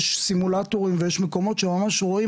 יש סימולטורים ויש מקומות שממש רואים